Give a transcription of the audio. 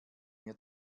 mir